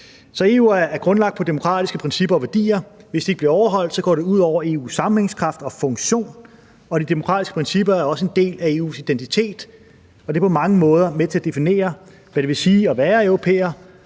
EU er grundlagt på demokratiske principper og værdier. Hvis de ikke bliver overholdt, går det ud over EU's sammenhængskraft og funktion. De demokratiske principper er også en del af EU's identitet, og det er på mange måder med til at definere, hvad det vil sige at være europæer,